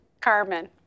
Carmen